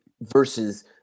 versus